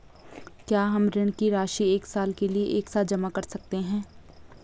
क्या हम ऋण की राशि एक साल के लिए एक साथ जमा कर सकते हैं?